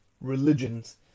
religions